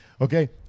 okay